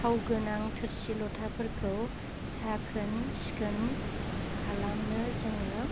थाव गोनां थोरसि लथाफोरखौ साखोन सिखोन खालामनो जोङो